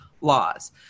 laws